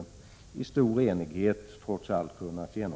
1986/87:46 allt kunnat avveckla.